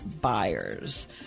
buyers